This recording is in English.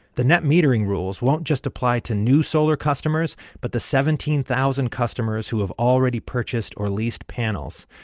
the net metering rules won't just apply to new solar customers, but the seventeen thousand customers who have already purchased or leased panels.